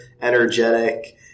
energetic